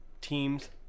teams